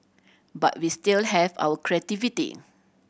but we still have our creativity